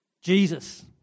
Jesus